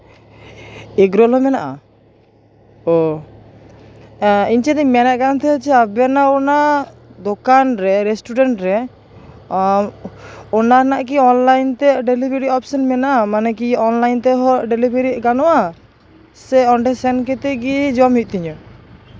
egg roll ᱦᱚᱸ ᱢᱮᱱᱟᱜᱼᱟ ᱚᱻ ᱤᱧ ᱪᱮᱫ ᱤᱧ ᱢᱮᱱᱮᱛ ᱛᱟᱦᱮᱜᱼᱟ ᱡᱮ ᱟᱵᱮᱱᱟᱜ ᱚᱱᱟ ᱫᱚᱠᱟᱱ ᱨᱮ ᱨᱮᱥᱴᱩᱨᱮᱱᱴ ᱨᱮ ᱚᱱᱟ ᱨᱮᱱᱟᱜ ᱠᱤ ᱚᱱᱞᱟᱭᱤᱱ ᱛᱮ ᱰᱮᱞᱤᱵᱷᱟᱨᱤ ᱚᱯᱷᱥᱮᱱ ᱢᱮᱱᱟᱜᱼᱟ ᱢᱟᱱᱮ ᱠᱤ ᱚᱱᱞᱟᱭᱤᱱ ᱛᱮᱦᱚᱸ ᱰᱮᱞᱤᱵᱷᱟᱨᱤ ᱜᱟᱱᱚᱜᱼᱟ ᱥᱮ ᱚᱸᱰᱮ ᱥᱮᱱ ᱠᱟᱛᱮ ᱜᱮ ᱡᱚᱢ ᱦᱩᱭᱩᱜ ᱛᱤᱧᱟᱹ